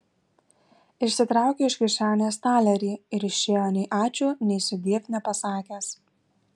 išsitraukė iš kišenės talerį ir išėjo nei ačiū nei sudiev nepasakęs